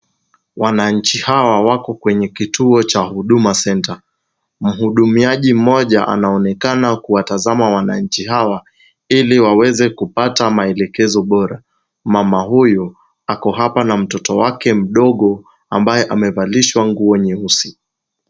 Wananchi hawa wako kwenye kituo cha Huduma center, mhudumiaji mmoja anaonekana kuwatazama wananchi hawa ili waweze kupata maelekezo bora . Mama huyu ako hapa na mtoto wake mdogo ambaye amevalishwa nguo nyeusi.